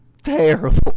terrible